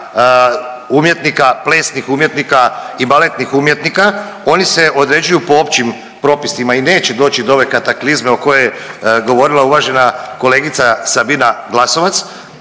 mirovina, plesnih umjetnika i baletnih umjetnika. Oni se određuju po općim propisima i neće doći do ove kataklizme o kojoj je govorila uvažena kolegica Sabina Glasovac.